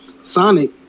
Sonic